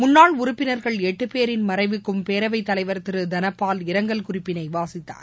முன்னாள் உறுப்பினர்கள் எட்டு பேரின் மறைவுக்கும் பேரவைத் தலைவர் திரு தனபால் இரங்கல் குறிப்பினை வாசித்தார்